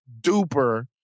duper